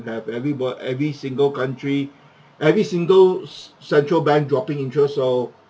have everybody every single country every single central bank dropping interest so